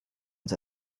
uns